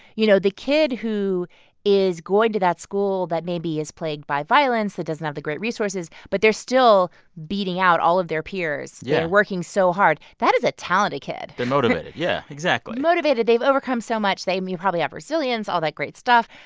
you know, the kid who is going to that school that maybe is plagued by violence, that doesn't have the great resources but they're still beating out all of their peers. they're yeah working so hard. that is a talented kid they're motivated. yeah, exactly motivated they've overcome so much. then you probably have resilience, all that great stuff.